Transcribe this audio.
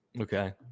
Okay